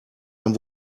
dann